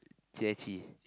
Jie-Qi